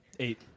Eight